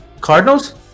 Cardinals